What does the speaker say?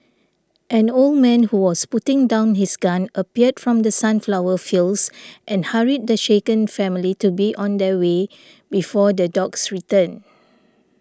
an old man who was putting down his gun appeared from the sunflower fields and hurried the shaken family to be on their way before the dogs return